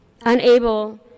unable